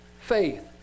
faith